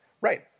Right